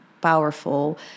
powerful